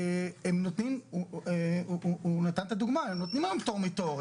הוא נתן את הדוגמה, הם נותנים להם פטור מתור.